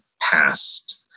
past